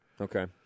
Okay